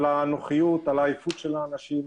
על העייפות של האנשים,